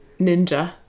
Ninja